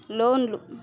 లోన్లు